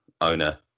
owner